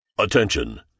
Attention